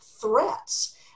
threats